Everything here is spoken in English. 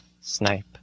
Snipe